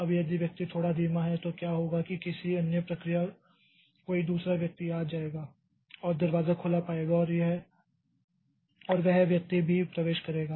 अब यदि व्यक्ति थोड़ा धीमा है तो क्या होगा कि किसी अन्य प्रक्रिया कोई दूसरा व्यक्ति आ जाएगा और दरवाजा खुला पाया जाएगा और वह व्यक्ति भी प्रवेश करेगा